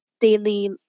Daily